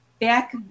Back